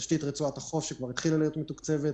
תשתית רצועת החוף כבר התחילה להיות מתוקצבת,